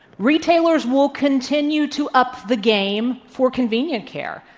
retailers will continue to up the game for convenient care.